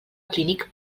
clínic